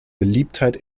beliebtheit